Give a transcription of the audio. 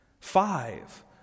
Five